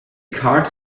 card